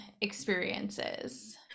experiences